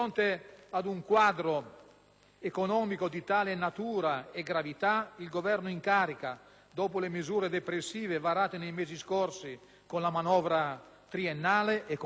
economico di tale natura e gravità, il Governo in carica, dopo le misure depressive varate nei mesi scorsi con la manovra triennale e confermate